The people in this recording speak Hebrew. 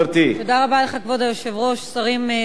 אנחנו ממשיכים בסדר-היום.